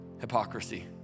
hypocrisy